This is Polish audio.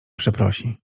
przeprosi